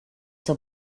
zur